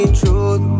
truth